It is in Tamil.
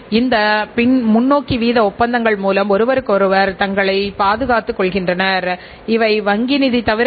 இலக்குகள் மற்றும் துணை மூலமாக நிறுவன செயல்பாடுகள் முன்னேற்றப் பாதையில் சென்று கொண்டிருக்கின்ற போது நிறுவனத்தின் உடைய வளர்ச்சி தடைபடுதல் இல்லை